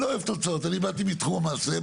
כתוב שתהיה תוספת של שני משרדי ממשלה.